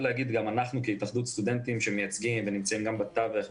כהתאחדות סטודנטים שמייצגת ונמצאת בתווך,